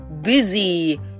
busy